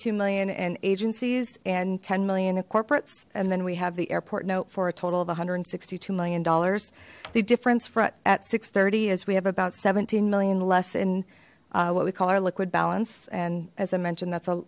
two million and agencies and ten million in corporates and then we have the airport note for a total of one hundred and sixty two million dollars the difference for at six thirty is we have about seventeen million less in what we call our liquid balance and as i mentioned that's